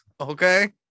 okay